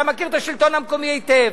אתה מכיר את השלטון המקומי היטב.